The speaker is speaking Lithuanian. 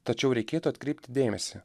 tačiau reikėtų atkreipti dėmesį